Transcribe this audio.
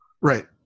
Right